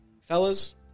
Fellas